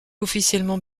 officiellement